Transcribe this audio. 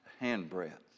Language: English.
handbreadth